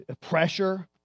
pressure